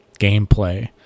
gameplay